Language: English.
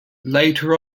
later